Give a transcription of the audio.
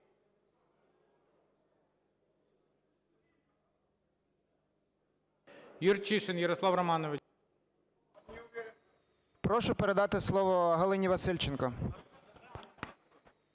Прошу передати слово Галині Васильченко.